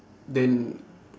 then